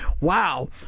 wow